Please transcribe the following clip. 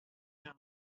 doedd